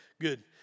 Good